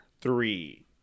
three